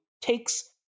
takes